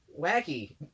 wacky